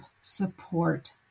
support